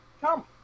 Come